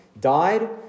died